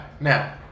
now